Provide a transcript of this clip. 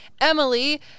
Emily